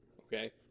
Okay